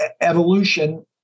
evolution